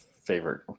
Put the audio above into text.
favorite